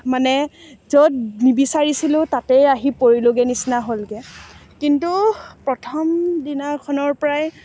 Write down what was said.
মানে য'ত নিবিচাৰিছিলোঁ তাতেই আহি পৰিলোঁগৈ নিচিনা হ'লগৈ কিন্তু প্ৰথম দিনাখনৰ পৰাই